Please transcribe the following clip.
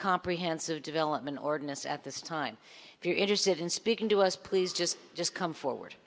comprehensive development ordinance at this time if you're interested in speaking to us please just just come forward